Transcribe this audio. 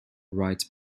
right